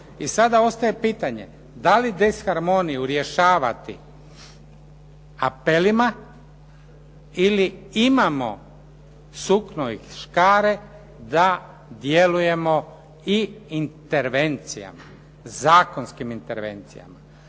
i sada ostaje pitanje da li disharmoniju rješavati apelima ili imamo sukno i škare da djelujemo i intervencijama, zakonskim intervencijama.